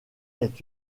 est